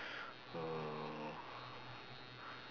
uh